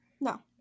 No